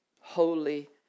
holy